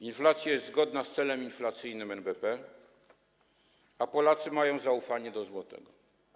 Inflacja jest zgodna z celem inflacyjnym NBP, a Polacy mają zaufanie do złotego.